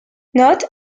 not